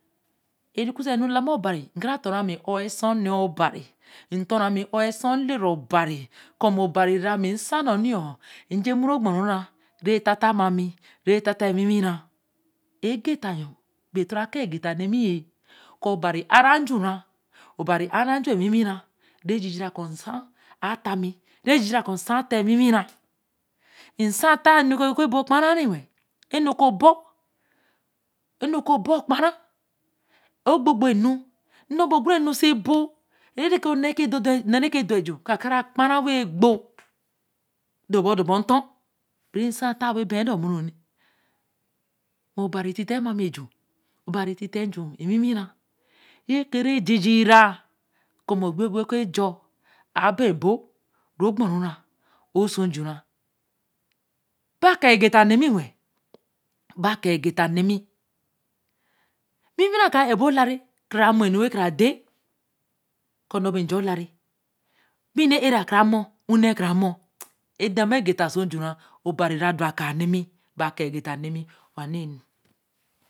Eku se a nu re la ma obari eka ra tor ra mi e ōwa esu neē obarī. e tor ru ma ō-wa esu elera obarī. ko mm̄e obari ra nsai nu nī. īnn̄ je mur ru ogbo ru re, ra ta ta ma re tata e wi wī ra ege ta yo bo toro a kaa e geta na mī ye ko. obari a ra ej̄u ra obarī a ra nu ewiwi ra. re j̄īj̄ī ra ko nsa a ta. mī. re j̄īj̄ī ra ko nsa ata ewiwi ra. nsa ta e nu ru oku bo kpa ra re wa. enu ke bor kpa no ogbo gbo nu. nn̄o be kure nu nn̄o be re nu sa bo. re ke ne dor dor ej̄u ka ka ra kpa ra wen gbo. don bo don bo etor. nsa ta wen be nn̄ lor mure wa yī. obari tite ma mi ej̄u obari tite nj̄u ewiwira. ra j̄īj̄ī ra ko m̄me opīe opie o ku ejor a baā e bo. ro kpo ru ra oso j̄ura. be kaā ge ta na mi we-l. be kaa ge-ta na mi. ewiwi re ka ra ebo olare wen ka ra mur nu wen kara der ko nn̄o bi nj̄a olara. obīnī era ka ra mur o hm na ka ra mur-e da mme ge ta oso j̄ura. obari ra don akam ne mī. be a kāa ge-ta na mī wa na enu